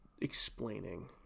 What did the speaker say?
explaining